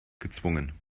gezwungen